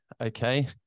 okay